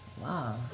Wow